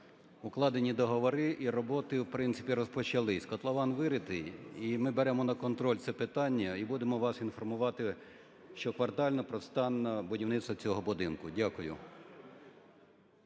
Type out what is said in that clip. укладені договори і роботи, в принципі, розпочались, котлован виритий. І ми беремо на контроль це питання і будемо вас інформувати щоквартально про стан будівництва цього будинку. Дякую.